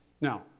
Now